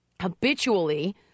habitually